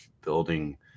building